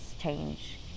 change